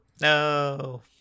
No